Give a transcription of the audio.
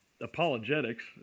apologetics